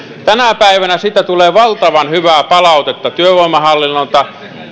tänä päivänä niistä tulee valtavan hyvää palautetta työvoimahallinnolta